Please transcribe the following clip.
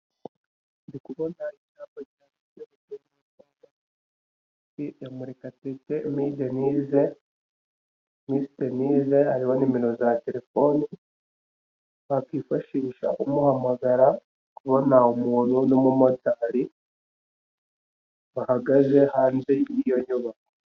Ndi kubona icyapa cya Murekate Marie Denise hariho numero za terefone wakifashisha umuhamagara kubona umuntu n'umumotari bahagaze hanze y'iyo nyubako.